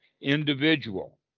individual